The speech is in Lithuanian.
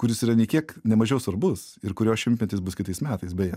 kuris yra nei kiek nemažiau svarbus ir kurio šimtmetis bus kitais metais beje